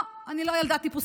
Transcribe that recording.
לא, אני לא ילדה טיפוסית.